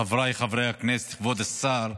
חבריי חברי הכנסת כבוד השר,